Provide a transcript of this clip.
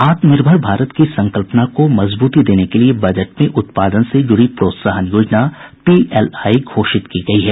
आत्मनिर्भर भारत की संकल्पना को मजबूती देने के लिए बजट में उत्पादन से जुड़ी प्रोत्साहन योजना पीएलआई घोषित की गयी है